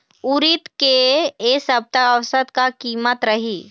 उरीद के ए सप्ता औसत का कीमत रिही?